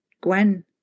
Gwen